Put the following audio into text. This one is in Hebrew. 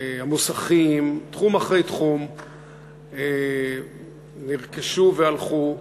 המוסכים, תחום אחרי תחום נרכשו והלכו.